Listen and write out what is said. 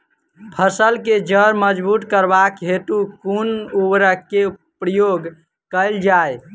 फसल केँ जड़ मजबूत करबाक हेतु कुन उर्वरक केँ प्रयोग कैल जाय?